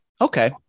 okay